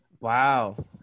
Wow